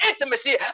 intimacy